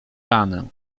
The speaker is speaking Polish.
ranę